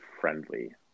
friendly